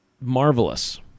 Marvelous